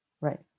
Right